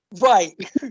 Right